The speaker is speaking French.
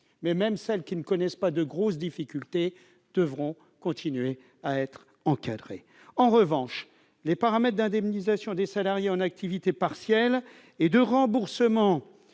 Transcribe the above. même celles qui ne connaissent pas de gros problèmes devront continuer à être encadrées. En revanche, les paramètres d'indemnisation des salariés en activité partielle et de remboursement